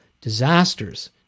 disasters